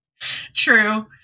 True